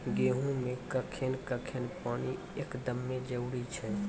गेहूँ मे कखेन कखेन पानी एकदमें जरुरी छैय?